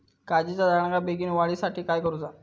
काजीच्या झाडाच्या बेगीन वाढी साठी काय करूचा?